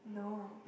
no